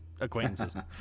acquaintances